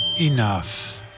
Enough